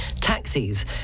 taxis